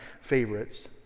favorites